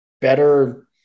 better